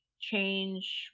change